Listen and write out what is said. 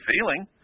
feeling